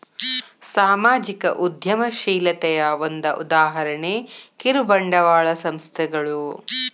ಸಾಮಾಜಿಕ ಉದ್ಯಮಶೇಲತೆಯ ಒಂದ ಉದಾಹರಣೆ ಕಿರುಬಂಡವಾಳ ಸಂಸ್ಥೆಗಳು